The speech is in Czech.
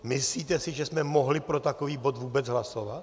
Myslíte si, že jsme mohli pro takový bod vůbec hlasovat?